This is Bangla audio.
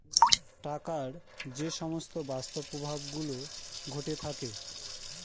টাকার যে সমস্ত বাস্তব প্রবাহ গুলো ঘটে থাকে